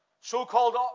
so-called